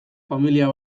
familia